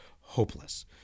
hopeless